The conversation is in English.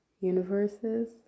universes